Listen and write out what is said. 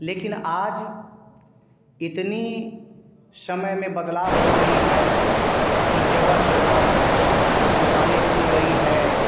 लेकिन आज इतनी समय में बदलाव हो गई है कि जगह जगह दुकाने खुल गई हैं